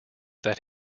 that